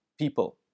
people